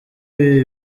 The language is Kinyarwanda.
ibi